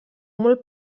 molt